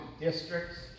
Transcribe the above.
districts